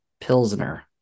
Pilsner